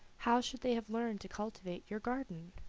how should they have learned to cultivate your garden?